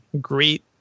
great